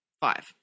Five